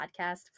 podcast